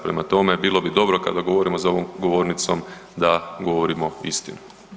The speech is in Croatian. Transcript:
Prema tome, bilo bi dobro kada govorimo za ovom govornicom da govorimo istinu.